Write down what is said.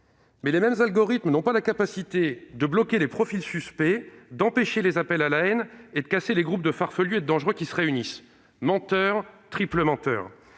Mais les mêmes algorithmes ne sont pas en mesure de bloquer les profils suspects, d'empêcher les appels à la haine et de casser les groupes de farfelus ou de dangereux qui se réunissent : mensonge, triple mensonge